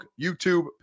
YouTube